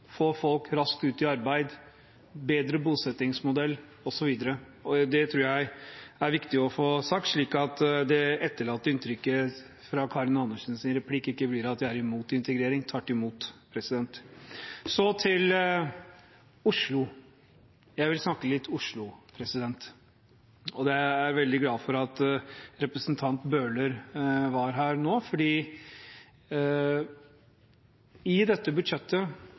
få folk raskt ut i arbeid, bedre bosettingsmodell osv. Det er viktig å få sagt, slik at det etterlatte inntrykket fra Karin Andersens replikk ikke blir at jeg er imot integrering. Tvert imot. Så til Oslo. Jeg vil snakke litt om Oslo. Jeg er veldig glad for at representanten Bøhler var her nå, for i dette budsjettet